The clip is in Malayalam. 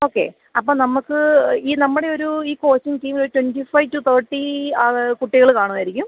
ഓക്കെ അപ്പം നമുക്ക് ഈ നമ്മുടെ ഒരു ഈ കോച്ചിംഗ് ടീമിലൊരു ട്വൻറ്റി ഫൈവ് ടു തേർട്ടി ആൾ കുട്ടികൾ കാണുമായിരിക്കും